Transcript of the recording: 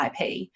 ip